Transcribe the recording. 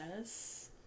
Yes